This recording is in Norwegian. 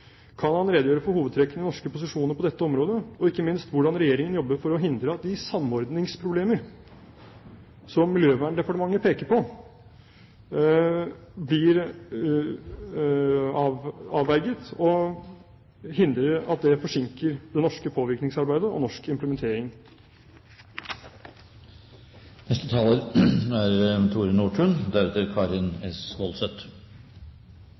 Kan han redegjøre for hovedtrekkene i norske posisjoner på dette området, og ikke minst hvordan jobber Regjeringen for å hindre at de samordningsproblemer som Miljøverndepartementet peker på, blir avverget og hindrer at det forsinker det norske påvirkningsarbeidet og norsk implementering?